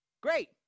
great